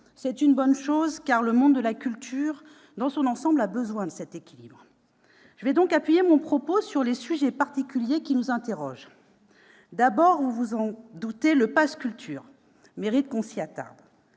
C'est une bonne chose, car le monde de la culture, dans son ensemble, a besoin de cet équilibre. J'appuierai donc mon propos sur les sujets particuliers qui nous interrogent. Le premier sujet, vous vous en doutez, est le pass culture, qui mérite que l'on s'y attarde.